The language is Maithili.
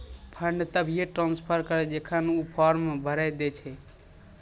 फंड तभिये ट्रांसफर करऽ जेखन ऊ फॉर्म भरऽ के दै छै